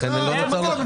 לכן לא נוצר עודף.